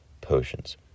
potions